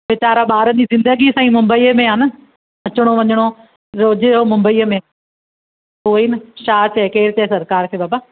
वेचारा ॿारनि जी ज़िंदगी असांजी मुंबई में आहे न अचिणो वञिणो रोज़ जो मुंबई में उहो ई न छा चए केरु चए सरकार खे बाबा